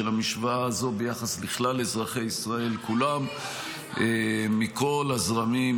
המשוואה הזו ביחס לכלל אזרחי ישראל כולם -- אנחנו מקיימים,